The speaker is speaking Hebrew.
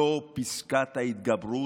לא פסקת ההתגברות.